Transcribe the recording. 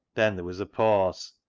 then there was a pause.